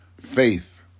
faith